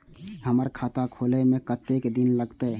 हमर खाता खोले में कतेक दिन लगते?